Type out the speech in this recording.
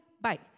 bye